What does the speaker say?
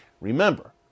Remember